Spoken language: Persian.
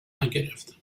نگرفتم